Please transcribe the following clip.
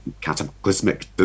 cataclysmic